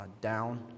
down